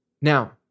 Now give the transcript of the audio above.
Now